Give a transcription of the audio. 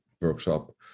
workshop